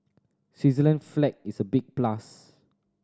Switzerland's flag is a big plus